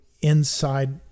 inside